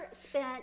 spent